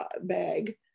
bag